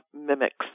mimics